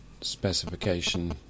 specification